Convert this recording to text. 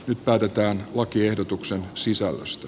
nyt päätetään lakiehdotuksen sisällöstä